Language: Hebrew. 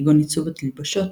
כגון עיצוב תלבושות,